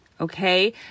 okay